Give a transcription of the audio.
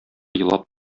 елап